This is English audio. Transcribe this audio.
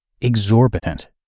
Exorbitant